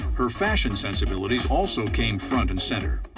her fashion sensibilities also came front and center.